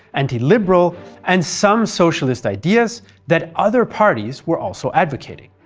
anti-liberal and some socialist ideas that other parties were also advocating.